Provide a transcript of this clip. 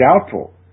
doubtful